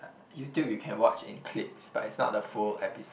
uh YouTube you can watch in clips but it's not the full episode